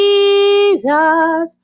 Jesus